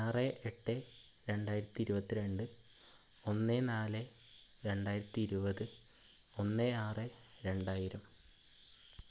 ആറ് എട്ട് രണ്ടായിരത്തി ഇരുപത്തിരണ്ട് ഒന്ന് നാല് രണ്ടായിരത്തി ഇരുപത് ഒന്ന് ആറ് രണ്ടായിരം